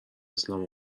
اسلام